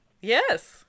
Yes